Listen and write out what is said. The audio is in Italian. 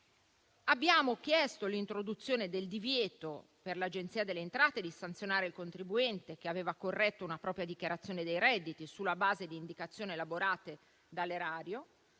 abbiamo chiesto l'introduzione del divieto per l'Agenzia dell'entrate di sanzionare il contribuente che aveva corretto una propria dichiarazione dei redditi sulla base di indicazioni elaborate dall'erario;